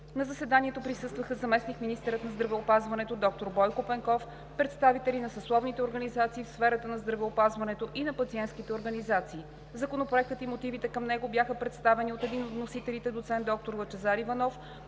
На заседанието присъстваха заместник-министърът на здравеопазването доктор Бойко Пенков, представители на съсловните организации в сферата на здравеопазването и на пациентските организации. Законопроектът и мотивите към него бяха представени от един от вносителите – доцент доктор Лъчезар Иванов.